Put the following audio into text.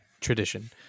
tradition